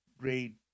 grade